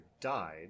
died